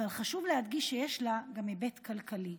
אבל חשוב להדגיש שיש לה גם היבט כלכלי.